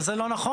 אבל זה לא נכון.